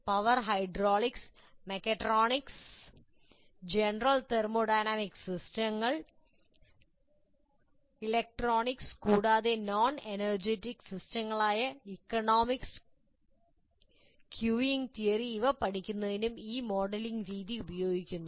power hydraulics mechatronics general thermodynamic സിസ്റ്റങ്ങൾ electronics കൂടാതെ non energic സിസ്റ്റങ്ങളായ ഇക്കണോമിക്സ് ക്യൂയിംഗ് തിയറി എന്നിവ പഠിക്കുന്നതിനും ഈ മോഡലിംഗ് രീതി ഉപയോഗിക്കുന്നു